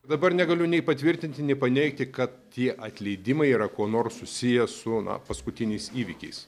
dabar negaliu nei patvirtinti nei paneigti kad tie atleidimai yra kuo nors susiję su paskutiniais įvykiais